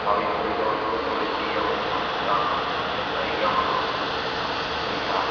আমি পরিদর্শন করেছি এমন সবচেয়ে আকর্ষণীয় জায়গা হল দিঘা